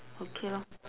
okay lor